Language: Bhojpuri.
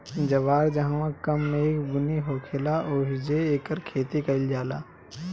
जवार जहवां कम मेघ बुनी होखेला ओहिजे एकर खेती कईल जाला